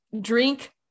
drink